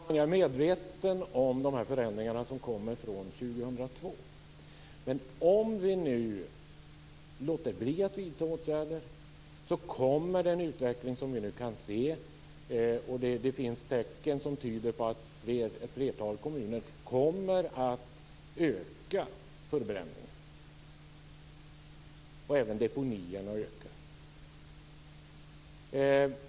Fru talman! Jag är medveten om de förändringar som kommer från 2002. Det finns tecken som tyder på att ett flertal kommuner kommer att öka förbränningen; även deponierna ökar.